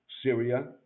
Syria